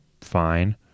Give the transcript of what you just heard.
Fine